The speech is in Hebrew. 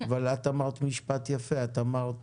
אבל את אמרת משפט יפה, את אמרת